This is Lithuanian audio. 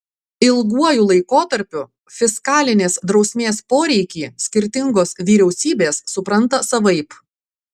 ilguoju laikotarpiu fiskalinės drausmės poreikį skirtingos vyriausybės supranta savaip